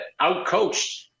outcoached